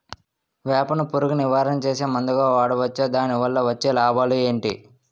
వేప ను పురుగు నివారణ చేసే మందుగా వాడవచ్చా? దాని వల్ల వచ్చే లాభాలు ఏంటి?